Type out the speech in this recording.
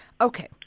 Okay